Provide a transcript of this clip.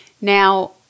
Now